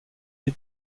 des